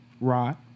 ROD